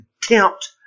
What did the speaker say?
contempt